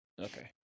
Okay